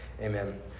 Amen